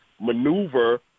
maneuver